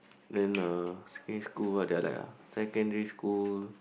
then uh secondary school what did I like ah secondary school